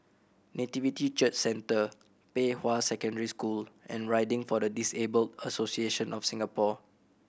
Nativity Church Centre Pei Hwa Secondary School and Riding for the Disabled Association of Singapore